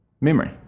memory